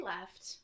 left